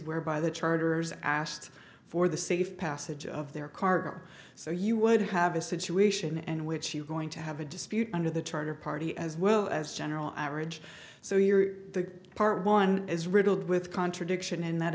whereby the charters asked for the safe passage of their car so you would have a situation and which you're going to have a dispute under the charter party as well as general average so you're the part one is riddled with contradiction and that